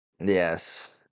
Yes